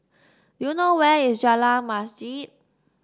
do you know where is Jalan Masjid